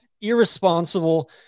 irresponsible